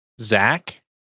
Zach